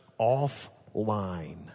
offline